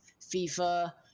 FIFA